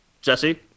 Jesse